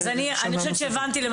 אני חושבת שהבנתי.